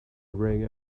rang